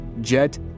Jet